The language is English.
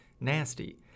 nasty